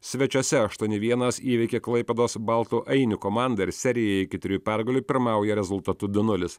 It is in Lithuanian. svečiuose aštuoni vienas įveikė klaipėdos baltų ainių komandą ir serijoje iki trijų pergalių pirmauja rezultatu du nulis